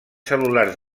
cel·lulars